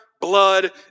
blood